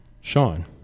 Sean